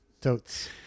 Totes